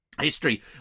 history